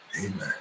Amen